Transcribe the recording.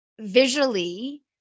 visually